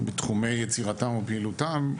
בתחומי יצירתם ופעילותם,